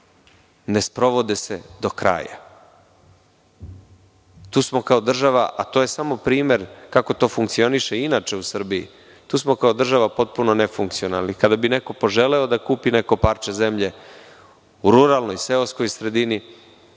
ne sprovode se do kraja. Tu smo kao država, a to je samo primer kako to funkcioniše inače u Srbiji, tu smo kao država potpuno nefunkcionalni. Kada bi neko poželeo da kupi neko parče zemlje u ruralnoj seoskoj sredini,